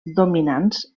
dominants